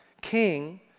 king